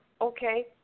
okay